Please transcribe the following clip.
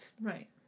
right